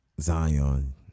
Zion